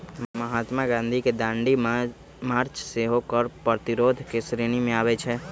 महात्मा गांधी के दांडी मार्च सेहो कर प्रतिरोध के श्रेणी में आबै छइ